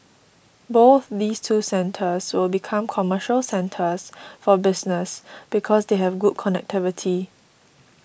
both these two centres will become commercial centres for business because they have good connectivity